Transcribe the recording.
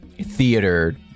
theater